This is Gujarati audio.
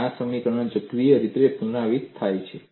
અને આ સમીકરણ ચક્રીય રીતે પુનરાવર્તિત થાય છે